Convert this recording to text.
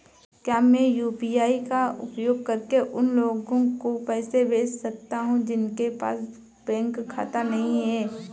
क्या मैं यू.पी.आई का उपयोग करके उन लोगों को पैसे भेज सकता हूँ जिनके पास बैंक खाता नहीं है?